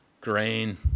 grain